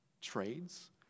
trades